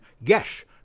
Yes